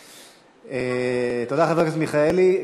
תודה, חבר הכנסת מיכאלי.